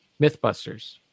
Mythbusters